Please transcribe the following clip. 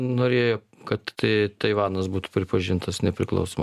norėjo kad taivanas būtų pripažintas nepriklausoma